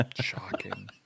shocking